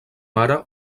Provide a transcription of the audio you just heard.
mare